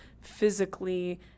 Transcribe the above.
physically